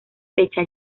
fecha